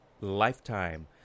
Lifetime